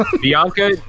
Bianca